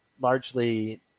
largely